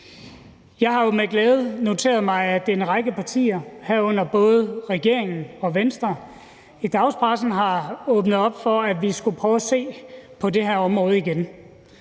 Jeg har jo med glæde noteret mig, at en række partier, herunder både regeringspartiet og Venstre, i dagspressen har åbnet op for, at vi skulle prøve at se på det her område igen.